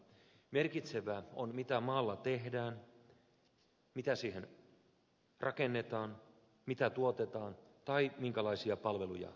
merkitsevää on mitä maalla tehdään mitä siihen rakennetaan mitä tuotetaan tai minkälaisia palveluja tarjotaan